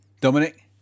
Dominic